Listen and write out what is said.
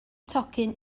tocyn